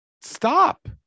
Stop